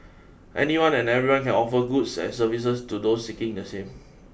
anyone and everyone can offer goods and services to those seeking the same